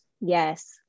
Yes